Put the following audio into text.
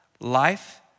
life